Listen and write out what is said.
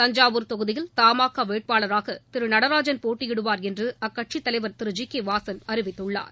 தஞ்சாவூர் தொகுதியில் தமாகா வேட்பாளராக திரு நடராஜன் போட்டியிடுவார் என்று அக்கட்சித் தலைவர் திரு ஜி கே வாசன் அறிவித்துள்ளார்